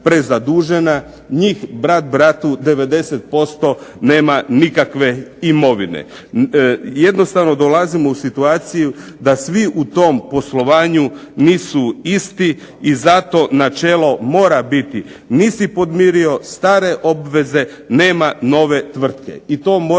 njih brat bratu 90% nema nikakve imovine. Jednostavno dolazimo u situaciju da svi u tom poslovanju nisu isti i zato načelo mora nisi podmirio stare obveze, nema nove tvrtke